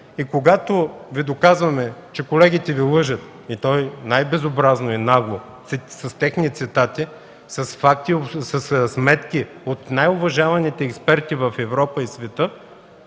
Когато Ви доказваме, че колегите Ви лъжат – и то най-безобразно и нагло, с техни цитати, със сметки от най-уважаваните експерти в Европа и света,